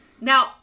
Now